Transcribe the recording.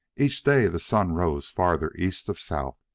each day the sun rose farther east of south,